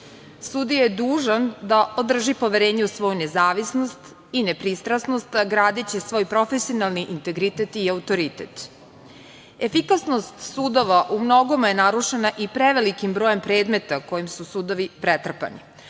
je dužan da održi poverenje u svoju nezavisnost i nepristrasnost, gradeći svoj profesionalni integritet i autoritet. Efikasnost sudova u mnogome je narušena i prevelikim brojem predmeta kojim su sudovi prenatrpani.